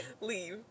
Leave